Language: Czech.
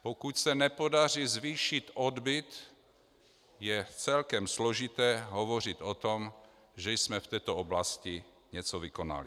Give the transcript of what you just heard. Pokud se nepodaří zvýšit odbyt, je celkem složité hovořit o tom, že jsme v této oblasti něco vykonali.